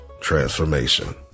transformation